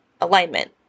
alignment